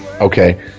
okay